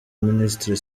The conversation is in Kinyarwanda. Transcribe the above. minisitiri